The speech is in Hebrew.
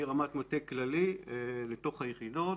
מרמת מטה כללי לתוך היחידות